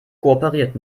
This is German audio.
kooperiert